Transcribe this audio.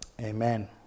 Amen